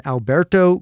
Alberto